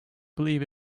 believe